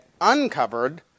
uncovered